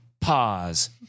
Pause